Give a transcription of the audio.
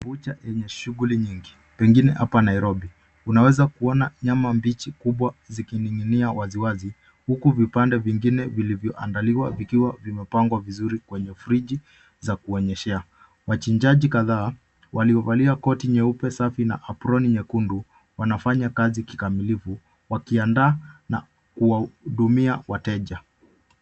Bucha yenye shuguli nyingi pengine hapa Nairobi. Unaweza kuona nyama mbichi kubwa zikining'inia waziwazi huku vipande vingine vilivyoandaliwa vikiwa vimepangwa vizuri kwenye friji za kuoyeshea. Wachinjaji kadhaa waliovalia koti nyeupe safi a aproni nyekundu wanafanya kazi kikamilifu wakiandaa na kuwahudumia wateja.